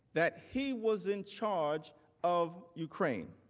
that he was in charge of ukraine.